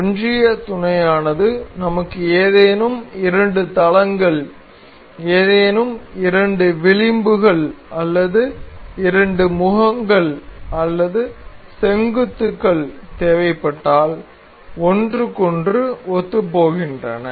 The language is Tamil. ஒன்றிய துணையானது நமக்கு ஏதேனும் இரண்டு தளங்கள் ஏதேனும் இரண்டு விளிம்புகள் அல்லது இரண்டு முகங்கள் அல்லது செங்குத்துகள் தேவைப்பட்டால் ஒன்றுக்கொன்று ஒத்துப்போகின்றன